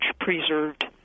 preserved